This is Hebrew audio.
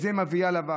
את זה היא מביאה לוועדה.